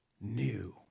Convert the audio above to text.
new